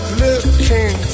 looking